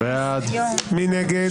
מי נגד?